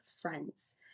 friends